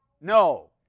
No